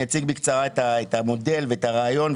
אז אני אציג בקצרה את המודל ואת הרעיון,